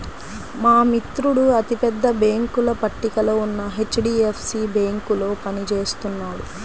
మా మిత్రుడు అతి పెద్ద బ్యేంకుల పట్టికలో ఉన్న హెచ్.డీ.ఎఫ్.సీ బ్యేంకులో పని చేస్తున్నాడు